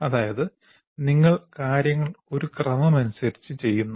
അതായത് നിങ്ങൾ കാര്യങ്ങൾ ഒരു ക്രമം അനുസരിച്ച് ചെയ്യുന്നു